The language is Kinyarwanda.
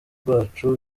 rwacu